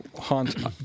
haunt